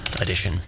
edition